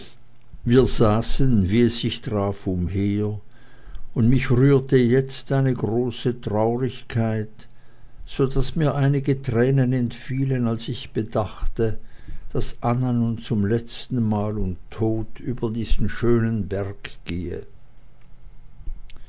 wir saßen wie es sich traf umher und mich rührte jetzt eine große traurigkeit so daß mir einige tränen entfielen als ich bedachte daß anna nun zum letzten mal und tot über diesen schönen berg gehe